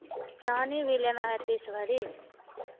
चाँदी भी लेना है तीस भरी